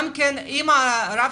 אם הרב